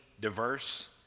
diverse